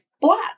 black